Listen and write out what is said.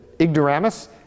ignoramus